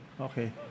Okay